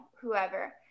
whoever